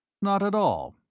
not at all.